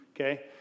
Okay